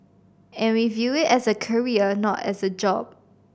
and we view it as a career not as a job